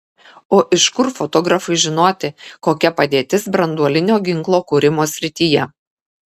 o iš kur fotografui žinoti kokia padėtis branduolinio ginklo kūrimo srityje